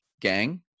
gang